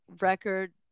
record